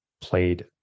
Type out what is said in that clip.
played